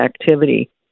activity